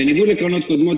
בניגוד לקרנות קודמות,